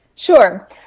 Sure